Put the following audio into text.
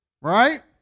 right